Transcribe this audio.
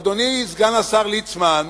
אדוני סגן השר ליצמן,